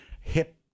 hip